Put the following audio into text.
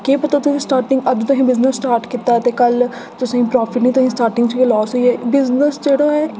केह् पता तुसें ई स्टार्टिंग अज्ज तुसें बिजनेस स्टार्ट कीता ते कल्ल तुसें ई प्रॉफिट निं तुसें ई स्टार्टिंग च ई लॉस होई जा बिजनेस जेह्ड़ा ऐ